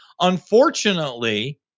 Unfortunately